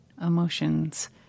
emotions